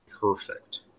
perfect